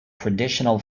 traditional